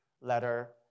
letter